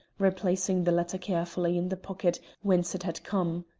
replacing the letter carefully in the pocket whence it had come.